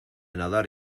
nadar